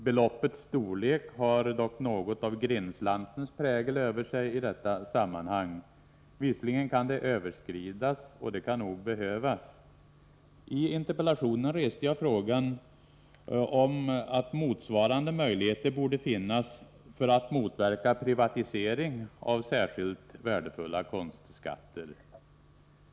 Beloppets storlek har dock i detta sammanhang något av grindslantens prägel över sig. Visserligen kan beloppet överskridas, och det kan nog behövas. I interpellationen reste jag frågan om att motsvarande möjlighet borde finnas för att motverka privatisering av särskilt värdefulla konstskatter.